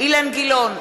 אילן גילאון,